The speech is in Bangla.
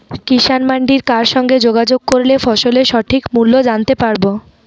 কিষান মান্ডির কার সঙ্গে যোগাযোগ করলে ফসলের সঠিক মূল্য জানতে পারবো?